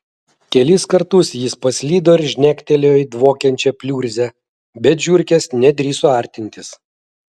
kelis kartus jis paslydo ir žnektelėjo į dvokiančią pliurzę bet žiurkės nedrįso artintis